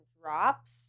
drops